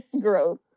growth